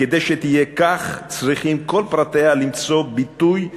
וכדי שתהיה כך צריכים כל פרטיה למצוא ביטוי בחוק,